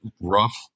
rough